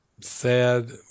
sad